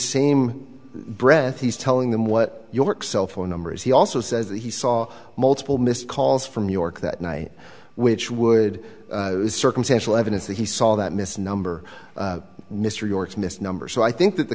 same breath he's telling them what york cell phone number is he also says he saw multiple missed calls from new york that night which would circumstantial evidence that he saw that miss number mr york missed number so i think that the